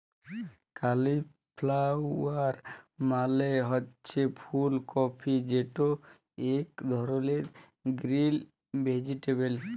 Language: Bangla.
কালিফ্লাওয়ার মালে হছে ফুল কফি যেট ইক ধরলের গ্রিল ভেজিটেবল